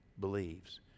believes